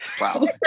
wow